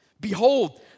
Behold